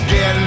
Get